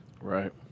Right